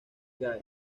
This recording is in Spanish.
gay